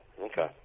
Okay